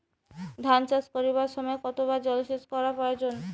ধান চাষ করিবার সময় কতবার জলসেচ করা প্রয়োজন?